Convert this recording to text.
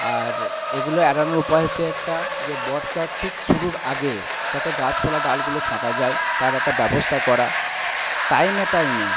আর এগুলো এড়ানোর উপায় হচ্ছে একটা যে বর্ষার ঠিক শুরুর আগে যাতে গাছপালা ডালগুলো ছাঁটা যায় তার একটা ব্যবস্থা করা টাইমে টাইমে